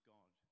God